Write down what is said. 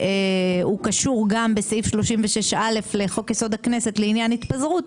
מכיוון שהוא קשור גם בסעיף 36א לחוק יסוד: הכנסת לעניין התפזרות.